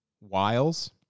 wiles